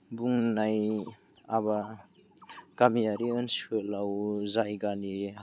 बुंनाय माबा गामियारि ओनसोलाव जायगानि